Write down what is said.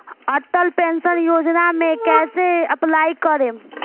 Atal pension योजना मे कैसे अप्लाई करेम?